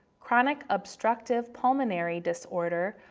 chronic obstructive pulmonary disorder,